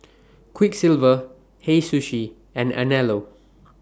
Quiksilver Hei Sushi and Anello